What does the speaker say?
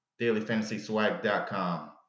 dailyfantasyswag.com